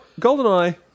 GoldenEye